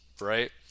right